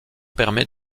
permet